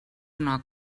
una